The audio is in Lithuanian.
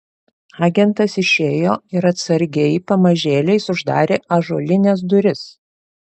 agentas išėjo ir atsargiai pamažėliais uždarė ąžuolines duris